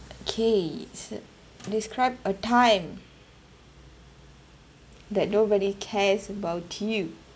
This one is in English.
kay d~ describe a time that nobody cares about you